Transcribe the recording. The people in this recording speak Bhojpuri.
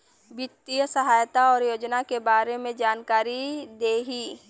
वित्तीय सहायता और योजना के बारे में जानकारी देही?